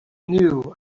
knew